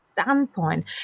Standpoint